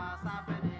socket